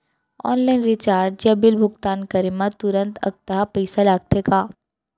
Online recharge या bill भुगतान करे मा तुरंत अक्तहा पइसा लागथे का?